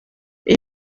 com